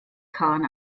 kahn